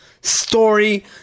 story